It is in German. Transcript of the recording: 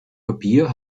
papier